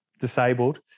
disabled